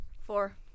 Four